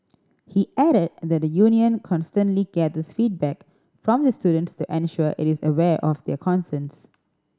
he added that the union constantly gathers feedback from the students to ensure it is aware of their concerns